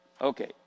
Okay